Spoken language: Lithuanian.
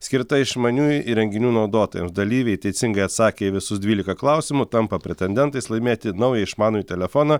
skirta išmaniųjų įrenginių naudotojams dalyviai teisingai atsakę į visus dvylika klausimų tampa pretendentais laimėti naują išmanųjį telefoną